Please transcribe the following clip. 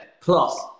plus